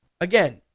Again